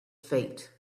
fate